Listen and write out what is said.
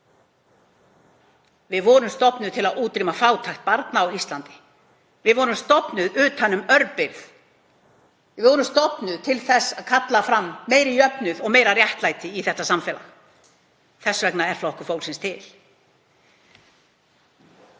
Við vorum stofnuð til að útrýma fátækt barna á Íslandi. Við vorum stofnuð utan um örbirgð. Við vorum stofnuð til þess að kalla fram meiri jöfnuð og meira réttlæti í þetta samfélag. Þess vegna er Flokkur fólksins til.